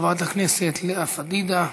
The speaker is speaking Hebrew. חברת הכנסת לאה פדידה,